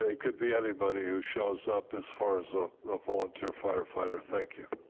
ah it could be anybody who shows up as far as ah the volunteer firefighter, thank you.